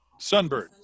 Sunbird